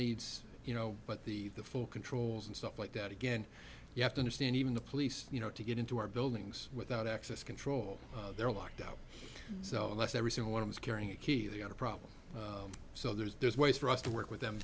needs you know but the the full controls and stuff like that again you have to understand even the police you know to get into our buildings without access control they're locked out seles every single one of those carrying a key they've got a problem so there's ways for us to work with them